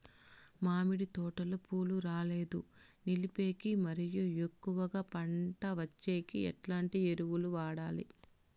మామిడి తోటలో పూలు రాలేదు నిలిపేకి మరియు ఎక్కువగా పంట వచ్చేకి ఎట్లాంటి ఎరువులు వాడాలి?